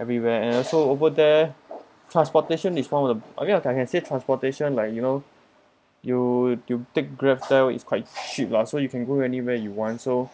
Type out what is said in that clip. everywhere and also over there transportation is one of the okay lah I can say transportation like you know you you take Grab there is quite cheap lah so you can go anywhere you want so